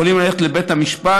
הם יכולים ללכת לבית המשפט,